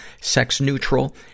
sex-neutral